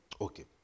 Okay